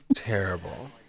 terrible